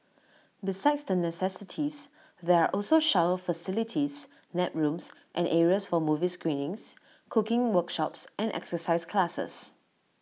besides the necessities there are also shower facilities nap rooms and areas for movie screenings cooking workshops and exercise classes